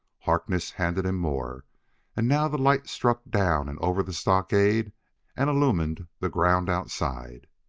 harkness handed him more and now the light struck down and over the stockade and illumined the ground outside.